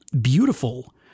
beautiful—